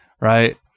right